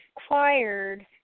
required